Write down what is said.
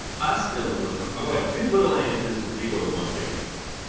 ah still a little one, okay. well two little anuses is equal to one big anus.